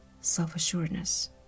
self-assuredness